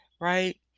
right